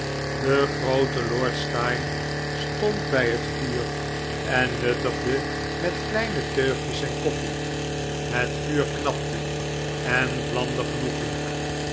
de groote lord steyne stond bij het vuur en nuttigde met kleine teugjes zijn koffie het vuur knapte en vlamde genoegelijk